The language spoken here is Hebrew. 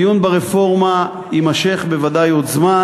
הדיון ברפורמה יימשך בוודאי עוד זמן,